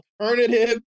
alternative